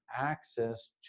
access